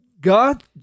God